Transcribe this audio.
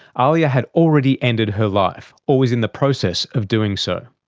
ahlia had already ended her life or was in the process of doing so.